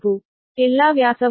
ಎಲ್ಲಾ ವ್ಯಾಸವು ಒಂದೇ 0